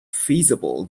feasible